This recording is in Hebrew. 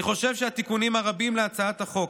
אני חושב שהתיקונים הרבים להצעת החוק,